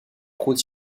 fraude